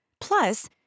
Plus